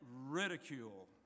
ridicule